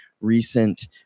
recent